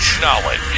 knowledge